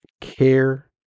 care